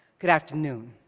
good afternoon,